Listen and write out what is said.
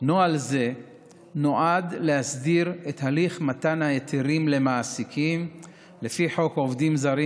נוהל זה נועד להסדיר את הליך מתן ההיתרים למעסיקים לפי חוק עובדים זרים,